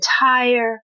entire